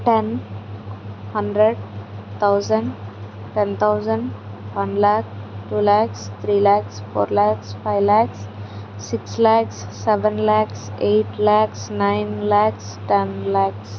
ten hundred thousand ten thousand one lakh two lakhs three lakhs four lakhs five lakhs six lakhs seven lakhs eight lakhs nine lakhs ten lakhs